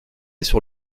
sur